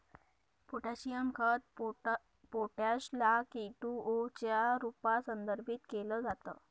potassium खत potash ला K two O च्या रूपात संदर्भित केल जात